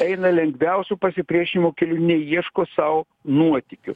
eina lengviausiu pasipriešinimo keliu neieško sau nuotykių